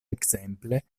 ekzemple